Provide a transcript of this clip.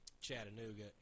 Chattanooga